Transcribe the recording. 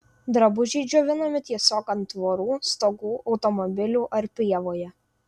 drabužiai džiovinami tiesiog ant tvorų stogų automobilių ar pievoje